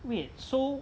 wait so